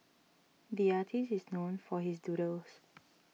the artist is known for his doodles